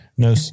No